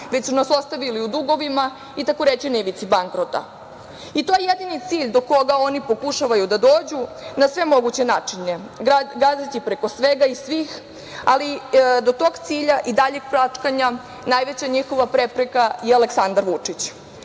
već su nas ostavili u dugovima i tako reći na ivici bankrota. To je jedini cilj do koga oni pokušavaju da dođu na sve moguće načine, gaziti preko svega i svih, ali do tog cilja i daljeg pljačkanja najveća njihova prepreka je Aleksandar Vučić. Neće